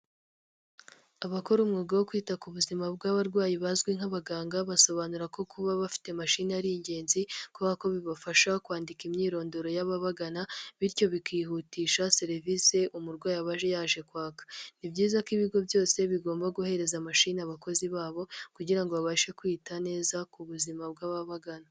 Abakora umwuga wo kwita ku buzima bw'abarwayi bazwi nk'abaganga, basobanura ko kuba bafite mashini ari ingenzi, kuba ko bibafasha kwandika imyirondoro y'ababagana, bityo bikihutisha serivisi umurwayi aba yaje kwaka. Ni byiza ko ibigo byose bigomba guhereza mashini abakozi babo kugira babashe kwita neza ku buzima bw'ababagana.